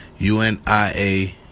UNIA